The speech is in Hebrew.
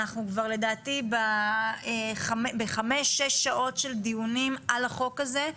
אנחנו כבר לדעתי ב-5-6 שעות של דיונים על החוק הזה.